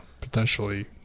potentially